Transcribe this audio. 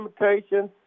limitations